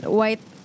white